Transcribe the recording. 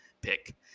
pick